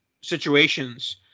situations –